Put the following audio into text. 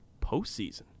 postseason